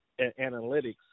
analytics